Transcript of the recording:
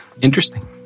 Interesting